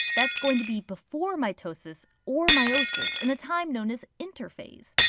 that's going to be before mitosis or meiosis in a time known as interphase.